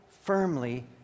firmly